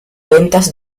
ventas